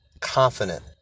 confident